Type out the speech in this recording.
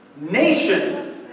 nation